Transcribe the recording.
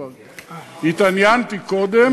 כבר התעניינתי קודם.